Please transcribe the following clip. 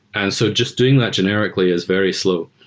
and so just doing that generically is very slow.